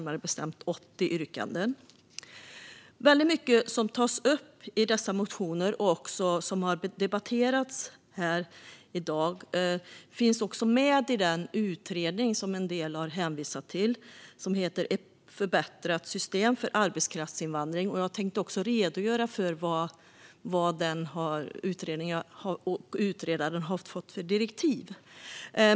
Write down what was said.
Mycket av det som tas upp i dessa motioner och som har debatterats i dag finns med i den utredning som en del har hänvisat till, nämligen Ett förbättrat system för arbetskraftsinvandring . Jag tänkte också redogöra för de direktiv som utredaren har fått.